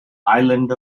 island